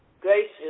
gracious